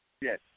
Yes